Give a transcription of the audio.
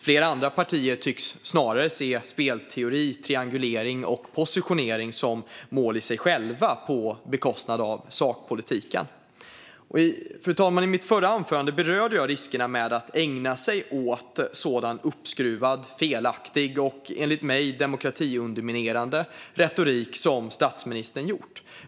Flera andra partier tycks snarare se spelteori, triangulering och positionering som mål i sig själva på bekostnad av sakpolitiken. Fru talman! I mitt förra anförande berörde jag riskerna med att ägna sig åt sådan uppskruvad, felaktig och enlig mig demokratiunderminerande retorik som statsministern gjort.